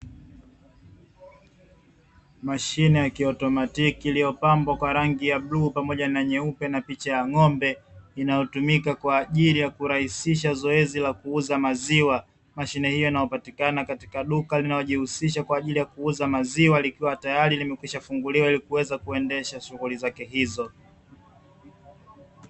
Mashine ya kiautomatiki iliyopambwa kwa rangi ya bluu pamoja na nyeupe na picha ya ng’ombe, inayotumika kwaajili ya kurahisisha zoezi la kuuza maziwa. Mashine hii inayopatikana katika duka linalojihusisha kwa kuuza maziwa, likiwa tayari limekwisha funguliwa ili kuweza kuendesha shughuli zake hizo.